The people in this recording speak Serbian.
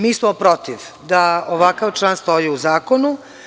Mi smo protiv da ovakav član stoji u zakonu.